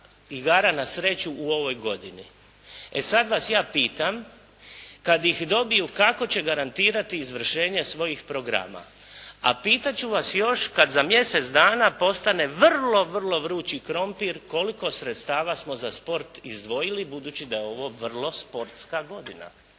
igara na sreću u ovoj godini. E sada vas ja pitam, kada bi dobio, kako će garantirati izvršenje svojih programa. A pitat ću vas još kad za mjesec dana postane vrlo vrlo vrući krumpir, koliko sredstava smo za sport izdvojili budući da je ovo vrlo sportska godina.